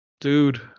dude